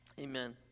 Amen